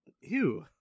Ew